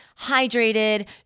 hydrated